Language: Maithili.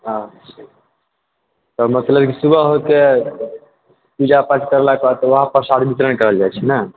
हाँ तऽ मतलब सुबह होइते पूजापाठ करैलाके बाद ओहिठाम प्रसाद वितरण कयल जाइ छै ने